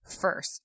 first